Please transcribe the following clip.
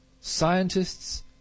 scientists